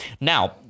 Now